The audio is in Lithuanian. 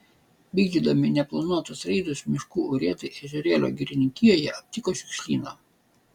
vykdydami neplanuotus reidus miškų urėdai ežerėlio girininkijoje aptiko šiukšlyną